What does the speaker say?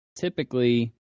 Typically